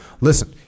listen